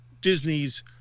Disney's